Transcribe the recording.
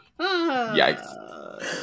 yikes